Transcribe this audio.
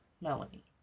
Melanie